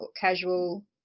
casual